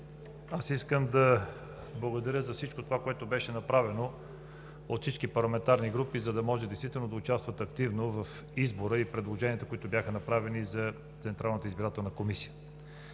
Искам да благодаря за всичко това, което беше направено от всички парламентарни групи, за да може действително да участват активно в избора и предложенията, които бяха направени за Централната избирателна комисия.